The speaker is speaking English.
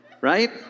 right